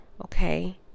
okay